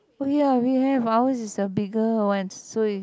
oh ya we have ours is the bigger one so if